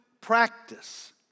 practice